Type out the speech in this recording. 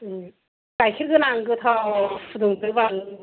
उम गायखेर गोनां गोथाव फुदुंदो बाल